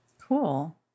Cool